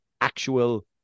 actual